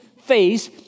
face